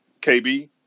KB